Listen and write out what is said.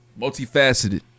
Multifaceted